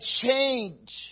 change